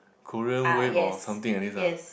Korean wave or something like this ah